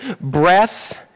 breath